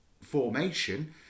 formation